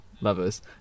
lovers